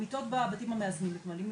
המיטות בבתים המאזנים מתמלאות,